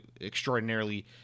extraordinarily